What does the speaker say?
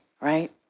right